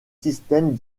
systèmes